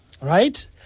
right